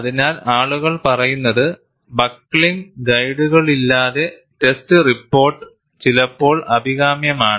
അതിനാൽ ആളുകൾ പറയുന്നത് ബക്കിംഗ് ഗൈഡുകളില്ലാതെ ടെസ്റ്റ് റിപ്പോർട്ട് ചിലപ്പോൾ അഭികാമ്യമാണ്